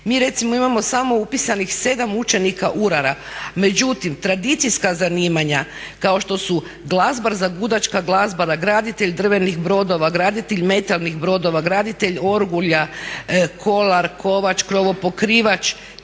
Mi recimo imamo samo upisanih 7 učenika urara. Međutim tradicijska zanimanja kao što su glazbar za gudačka glazbala, graditelj drvenih brodova, graditelj metalnih brodova, graditelj orgulja, kolar, kovač, krov pokrivač,